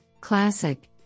Classic